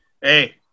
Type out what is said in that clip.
Hey